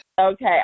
Okay